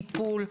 טיפול,